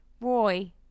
Roy